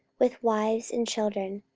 with wives and children,